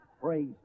Praise